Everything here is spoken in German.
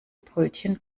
brötchen